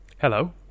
Hello